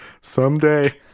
Someday